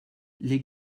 les